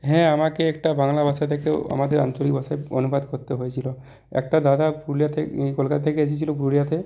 হ্যাঁ আমাকে একটা বাংলা ভাষা থেকেও আমাদের আঞ্চলিক ভাষায় অনুবাদ করতে হয়েছিলো একটা দাদা পুরুলিয়াতে এই কলকাতা থেকে এসেছিলো পুরুলিয়াতে